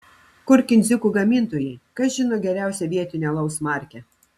kur kindziukų gamintojai kas žino geriausią vietinio alaus markę